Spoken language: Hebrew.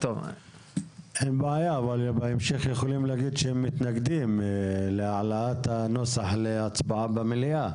אבל בהמשך הם יכולים לומר שהם מתנגדים להעלאת הנוסח להצבעה במליאה.